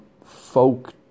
folk